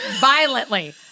violently